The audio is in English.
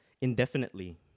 Indefinitely